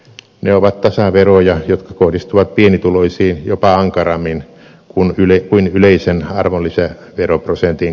ne ovat tasaveroja jotka kohdistuvat pienituloisiin jopa ankarammin kuin yleisen arvonlisäveroprosentin korotus